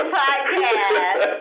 podcast